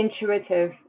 intuitive